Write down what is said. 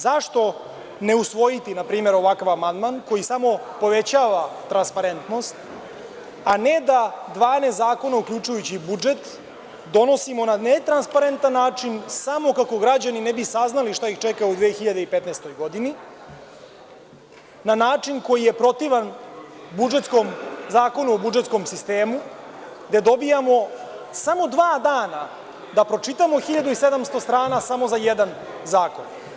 Zašto ne usvojiti, npr, ovakav amandman koji samo povećava transparentnost, a ne da 12 zakona, uključujući i budžet, donosimo na netransparentan način, samo kako građani ne bi saznali šta ih čeka u 2015. godini, na način koji je protivan Zakonu o budžetskom sistemu, gde dobijamo samo dva dana da pročitamo 1.700 strana samo za jedan zakon?